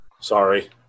Sorry